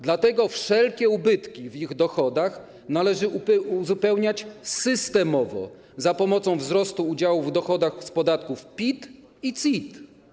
Dlatego wszelkie ubytki w ich dochodach należy uzupełniać systemowo za pomocą wzrostu udziałów w dochodach z podatków PIT i CIT.